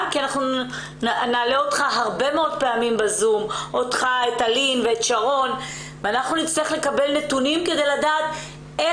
אנחנו למעלה מעשור מפרסמים נתונים כל שנה על אחוז